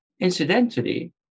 Incidentally